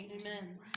Amen